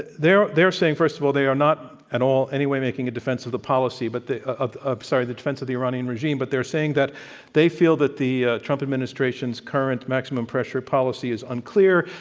they're they're saying, first of all, they are not at all any way making a defense of the policy but of ah sorry, the defense of the iranian regime. but they're saying that they feel that the trump administration's current maximum pressure policy is unclear.